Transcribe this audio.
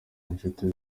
inshuti